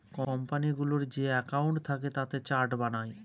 কোম্পানিগুলোর যে একাউন্ট থাকে তাতে চার্ট বানায়